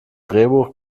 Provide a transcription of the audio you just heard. drehbuch